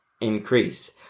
increase